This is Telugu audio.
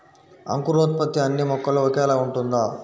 అంకురోత్పత్తి అన్నీ మొక్కలో ఒకేలా ఉంటుందా?